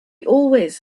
always